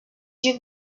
you